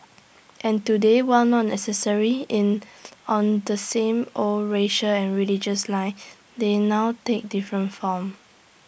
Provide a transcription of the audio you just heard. and today while not necessarily in on the same old racial and religious lines they now take different forms